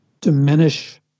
diminish